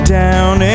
down